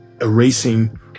erasing